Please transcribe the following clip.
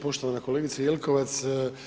Poštovana kolegice Jelkovac.